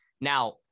Now